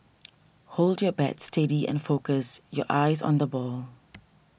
hold your bat steady and focus your eyes on the ball